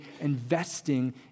investing